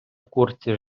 курці